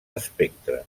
espectre